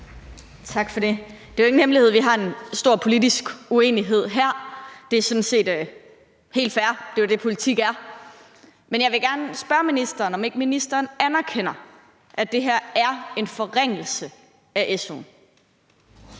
Tak for det. Det er jo ingen hemmelighed, at vi har stor politisk uenighed her. Det er sådan set helt fair. Det er jo det, politik er. Men jeg vil gerne spørge ministeren, om ikke ministeren anerkender, at det her er en forringelse af su'en.